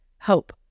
hope